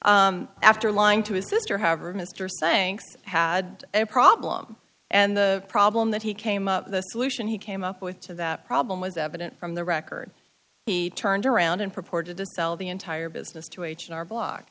e after lying to his sister however mr saying had a problem and the problem that he came up the solution he came up with to that problem was evident from the record he turned around and purported to sell the entire business to h and r block